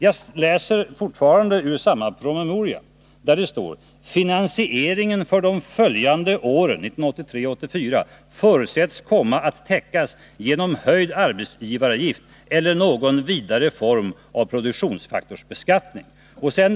Jag läser fortfarande ur samma promemoria, där det står att ”finansieringen för de följande åren förutsätts komma att täckas genom höjd arbetsgivaravgift eller någon vidare form av produktionsfaktorsbeskattning”.